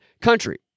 country